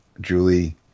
Julie